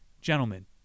gentlemen